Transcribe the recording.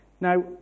Now